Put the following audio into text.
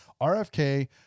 RFK